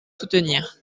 soutenir